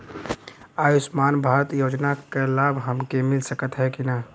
आयुष्मान भारत योजना क लाभ हमके मिल सकत ह कि ना?